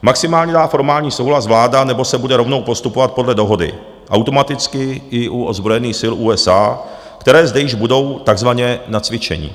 Maximálně dá formální souhlas vláda, nebo se bude rovnou postupovat podle dohody automaticky i u ozbrojených sil USA, které zde již budou takzvaně na cvičení.